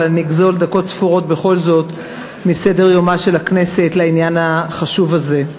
אבל נגזול דקות ספורות בכל זאת מסדר-יומה של הכנסת לעניין החשוב הזה.